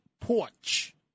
porch